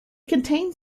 contains